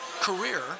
career